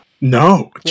No